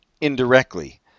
indirectly